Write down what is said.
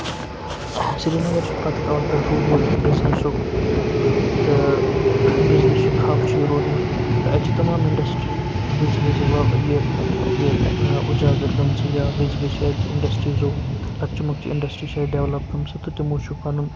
سرینگر چھُ پَتہٕ کالہٕ پٮ۪ٹھ روٗدمُت بِزنِسُک تہٕ بِزنِسُک حب چھِ یہِ روٗدمُت تہٕ اَتہِ چھِ تَمام اِنٛڈسٹرٛی وِزِ وِزِ یہِ یہِ اُجاگر گٔمژٕ یا وِزِ وِزِ چھِ اَتہِ اِنٛڈسٹرٛیٖزو لۄکچہِ مۄکچہِ اِنٛڈَسٹرٛی چھِ اَتہِ ڈٮ۪ولَپ گٔمژٕ تہٕ تِمو چھُ پَنُن